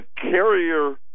Carrier